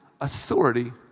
authority